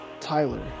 Tyler